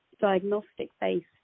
diagnostic-based